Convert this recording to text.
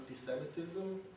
anti-Semitism